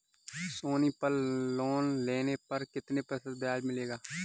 सोनी पल लोन लेने पर कितने प्रतिशत ब्याज लगेगा?